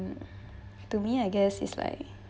to me I guess is like